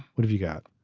what have you got.